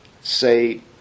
say